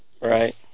Right